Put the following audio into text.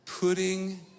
putting